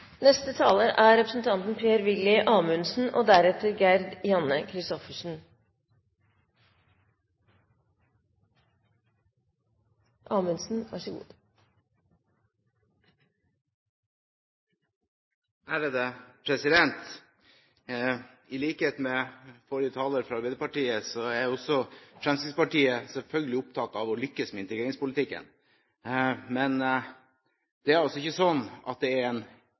I likhet med forrige taler, fra Arbeiderpartiet, er også Fremskrittspartiet selvfølgelig opptatt av å lykkes med integreringspolitikken. Men det er ikke sånn at det er en